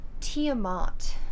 Tiamat